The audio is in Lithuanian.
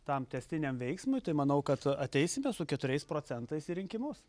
tam tęstiniam veiksmui tai manau kad ateisime su keturiais procentais į rinkimus